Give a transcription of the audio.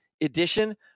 edition